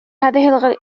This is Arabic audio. هذه